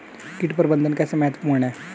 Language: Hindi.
कीट प्रबंधन कैसे महत्वपूर्ण है?